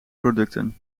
producten